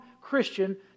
Christian